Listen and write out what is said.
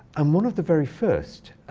um one of the very first